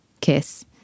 kiss